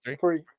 three